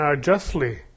justly